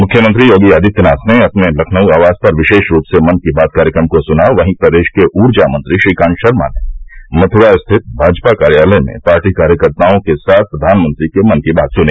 मुख्यमंत्री योगी आदित्यनाथ ने अपने लखनऊ आवास पर विशेष रूप से मन की बात कार्यक्रम को सुना वहीं प्रदेश के ऊर्जा मंत्री श्रीकान्त शर्मा ने मथ्रा स्थित भाजपा कार्यालय में पार्टी कार्यकर्ताओं के साथ प्रधानमंत्री के मन की बात सुनी